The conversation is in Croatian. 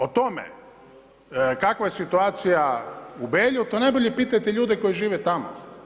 O tome kakva je situacija u Belju, to najbolje pitajte ljude koji žive tamo.